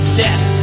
death